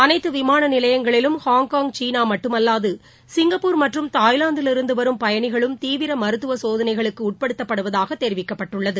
அனைத்துவிமானநிலையங்களிலும் Hong Kong சீனாமட்டுமல்லாதுசிங்கப்பூர் மற்றும் தாய்லாந்தில் இருந்துவரும் பயணிகளும் தீவிரமருத்துவசோதனைகளுக்குஉட்படுத்தப்படுவதாகதெரிவிக்கப்பட்டுள்ளது